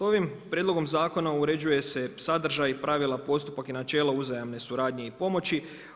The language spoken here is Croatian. Ovim prijedlogom zakona uređuje se sadržaj, pravila postupak i načela uzajamne suradnje i pomoći.